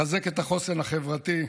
לחזק את החוסן החברתי,